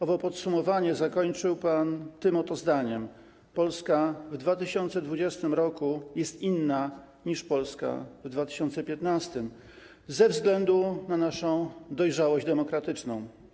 Owo podsumowanie zakończył pan tym oto zdaniem: Polska w 2020 r. jest inna niż Polska w 2015 r. ze względu na naszą dojrzałość demokratyczną.